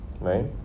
Right